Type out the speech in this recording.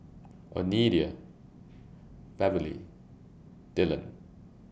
Oneida Beverly Dillon